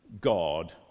God